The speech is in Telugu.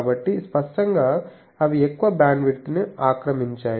కాబట్టి స్పష్టంగా అవి ఎక్కువ బ్యాండ్విడ్త్ను ఆక్రమించాయి